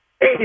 Hey